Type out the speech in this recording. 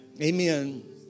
Amen